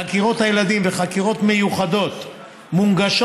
חקירות ילדים וחקירות מיוחדות מונגשות